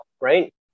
right